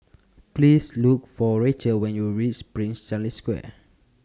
Please Look For Rachael when YOU REACH Prince Charles Square